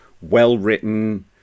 well-written